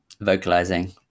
vocalizing